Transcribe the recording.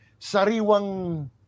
Sariwang